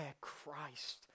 Christ